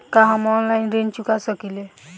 का हम ऑनलाइन ऋण चुका सके ली?